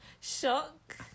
shock